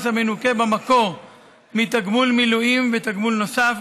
המנוכה במקור מתגמול מילואים ותגמול נוסף,